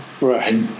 right